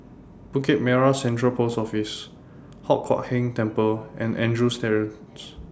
Bukit Merah Central Post Office Hock Huat Keng Temple and Andrews Terrace